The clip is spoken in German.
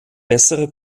bessere